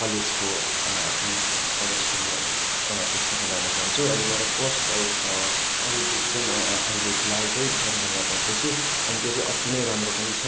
कलेजको आफ्नो कलेजको पुस्तकालयमा जान्छु अनि मेरो कोर्स बाहेक अरू बुक चाहिँ म अहिले फिलहाल चाहिँ ज्ञानगङ्गा पढ्दैछु अनि त्यो चाहिँ अति नै राम्रो पनि छ